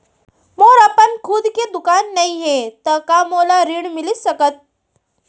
मोर अपन खुद के दुकान नई हे त का मोला ऋण मिलिस सकत?